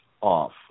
off